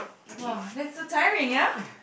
!wah! that's so tiring ya